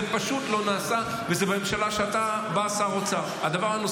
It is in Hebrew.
זה פשוט לא נעשה, וזה בממשלה שאתה שר האוצר בה.